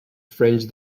fringe